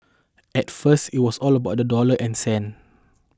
at first it was all about the dollar and cents